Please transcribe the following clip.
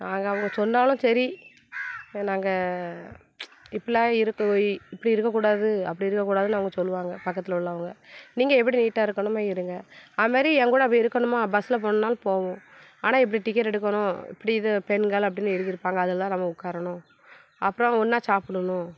நாங்கள் அவங்க சொன்னாலும் சரி நாங்கள் இப்படிலாம் இருக்குது போய் இப்படி இருக்கக்கூடாது அப்படி இருக்கக்கூடாதுன்னு அவங்க சொல்லுவாங்க பக்கத்தில் உள்ளவங்க நீங்கள் எப்படி நீட்டாக இருக்கணுமோ இருங்க அது மாரி எங்கூட அப்படி இருக்கணுமா பஸ்ஸில் போகணுன்னாலும் போவோம் ஆனால் எப்படி டிக்கெட் எடுக்கணும் எப்படி இது பெண்கள் அப்படின்னு எழுதிருப்பாங்க அதில் தான் நம்ம உட்காரணும் அப்புறோம் ஒன்றா சாப்பிடணும்